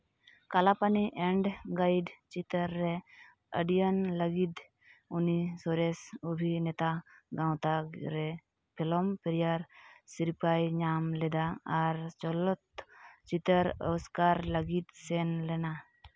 Kalapani and Guide ᱪᱤᱛᱟᱹᱨ ᱨᱮ ᱚᱵᱷᱤᱱᱚᱭ ᱞᱟᱹᱜᱤᱫ ᱩᱱᱤ ᱥᱚᱨᱮᱥ ᱚᱵᱷᱤᱱᱮᱛᱟ ᱨᱮ ᱯᱷᱤᱞᱤᱢ ᱯᱷᱮᱭᱟᱨ ᱥᱤᱨᱯᱟᱹᱭ ᱧᱟᱢ ᱞᱮᱫᱟ ᱟᱨ ᱪᱚᱞᱚᱛ ᱪᱤᱛᱟᱹᱨ ᱚᱥᱠᱟᱨ ᱞᱟᱹᱜᱤᱫ ᱥᱮᱱ ᱞᱮᱱᱟ